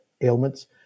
ailments